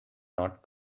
not